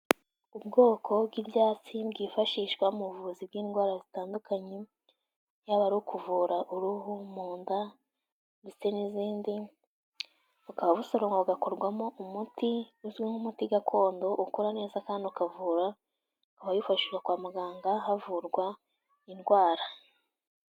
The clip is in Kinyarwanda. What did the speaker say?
Ubwoko bw'ibyatsi bwifashishwa mu buvuzi bw'indwara zitandukanye, yaba ari ukuvura uruhu, mu nda ndetse n'izindi, bukaba busoromwa bugakorwamo umuti uzwi nk'umuti gakondo ukora neza kandi ukavura, ukaba wifashishwa kwa muganga havurwa indwara.